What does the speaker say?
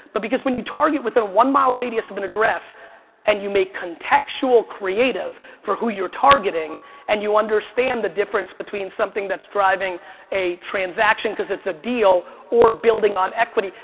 but because when you target within a one mile radius of an address and you make contextual creative for who you're targeting and you understand the difference between something that's driving a transaction because it's a deal or building on equity,